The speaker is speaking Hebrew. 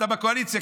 אתה בקואליציה,